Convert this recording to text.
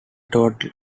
total